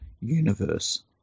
universe